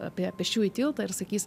apie pėsčiųjų tiltą ir sakys